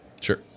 Sure